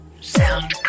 Sound